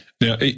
Now